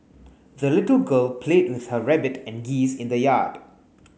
the little girl played with her rabbit and geese in the yard